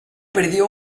perdió